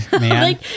man